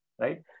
Right